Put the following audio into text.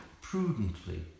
prudently